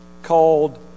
called